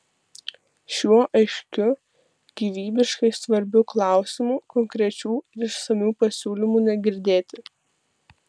šiuo aiškiu gyvybiškai svarbiu klausimu konkrečių ir išsamių pasiūlymų negirdėti